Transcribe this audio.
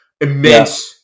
immense